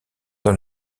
dans